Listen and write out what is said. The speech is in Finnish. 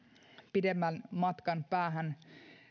pidemmän matkan päähän